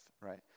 right